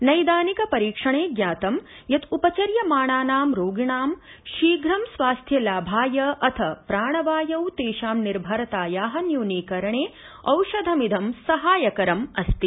नैदानिक परीक्षणेन ज्ञातं यत् उपचर्यमाणाना रोगिणां शीघ्रं स्वास्थ्यलाभाय अथ च प्राणवायौ तेषां निर्भरताया न्यूनीकरणे औषधमिद सहायकरमस्ति